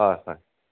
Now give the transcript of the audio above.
হয় হয়